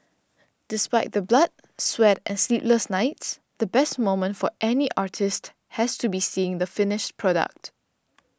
despite the blood sweat and sleepless nights the best moment for any artist has to be seeing the finished product